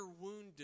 wounded